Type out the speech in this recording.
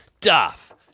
Duff